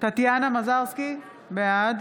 טטיאנה מזרסקי, בעד